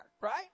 right